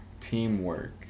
teamwork